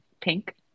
pink